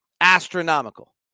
astronomical